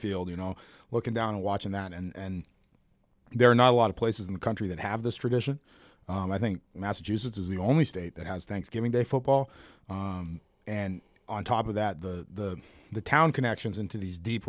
field you know looking down and watching that and there are not a lot of places in the country that have this tradition and i think massachusetts is the only state that has thanksgiving day football and on top of that the the town connections into these deep